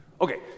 Okay